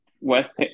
West